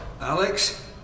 Alex